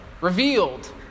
revealed